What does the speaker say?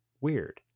weird